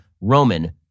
Roman